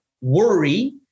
worry